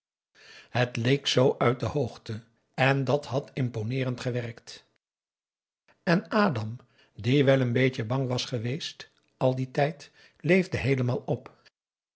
het leek zoo uit de hoogte en dat had imponeerend gewerkt en adam die wel n beetje bang was geweest al dien tijd leefde heelemaal op